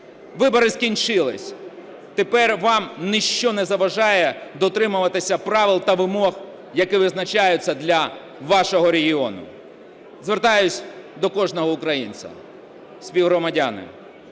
вибори скінчились, тепер вам ніщо не заважає дотримуватись правил та вимог, які визначаються для вашого регіону. Звертаюся до кожного українця. Співгромадяни,